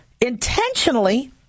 intentionally